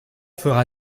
fera